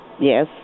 Yes